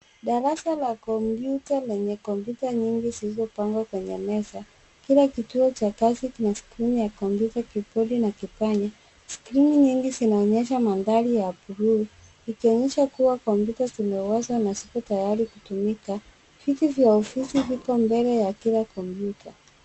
Darasa la kompyuta lenye kompyuta nyingi zilizopangwa kwenye meza, kila kituo cha kazi kina skrini ya kompyuta kipuli na kipanya. Skrini nyingi zinaonyesha mandhari ya buluu, ikionyesha kuwa kompyuta zimewashwa na zipo tayari kutumika. Viti vya ofisi viko mbele ya kila kompyuta.